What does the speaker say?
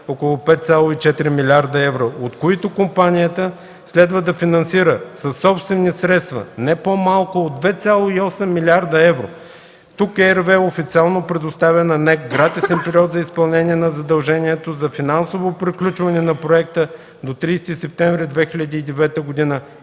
около 5,4 млрд. евро, от които компанията следва да финансира със собствени средства не по-малко от 2,8 млрд. евро. Тук РВЕ официално предоставя на НЕК гратисен период за изпълнение на задължението за финансово приключване на проекта до 30 септември 2009 г. и